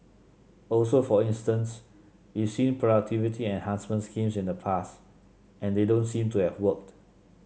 also for instance we've seen productivity enhancement schemes in the past and they don't seem to have worked